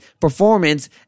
performance